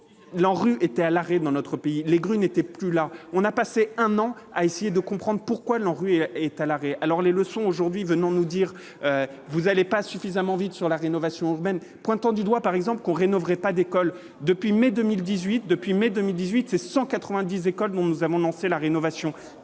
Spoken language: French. l'ANRU était à l'arrêt dans notre pays, les grues n'était plus là, on a passé un an à essayer de comprendre pourquoi ANRU est à l'arrêt, alors les leçons aujourd'hui venons nous dire vous allez pas suffisamment vite sur la rénovation urbaine, pointant du doigt par exemple qu'on rénove pas d'école depuis mai 2018 depuis mai 2018 et 190 écoles dont nous avons lancé la rénovation